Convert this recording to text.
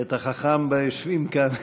את החכם ביושבים כאן,